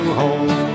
home